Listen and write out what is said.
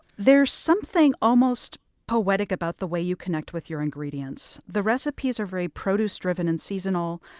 there's something almost poetic about the way you connect with your ingredients. the recipes are very produce-driven and seasonal.